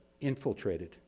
infiltrated